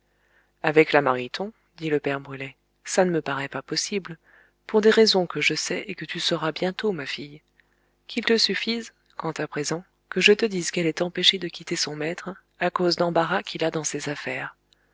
avec la mariton dit le père brulet ça ne me paraît pas possible pour des raisons que je sais et que tu sauras bientôt ma fille qu'il te suffise quant à présent que je te dise qu'elle est empêchée de quitter son maître à cause d'embarras qu'il a dans ses affaires